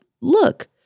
look